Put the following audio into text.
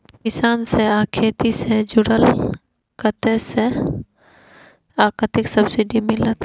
किसान से आ खेती से जुरल कतय से आ कतेक सबसिडी मिलत?